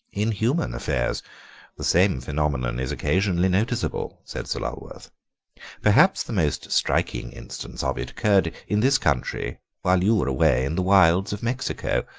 in human affairs the same phenomenon is occasionally noticeable, said sir lulworth perhaps the most striking instance of it occurred in this country while you were away in the wilds of mexico.